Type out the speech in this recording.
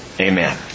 Amen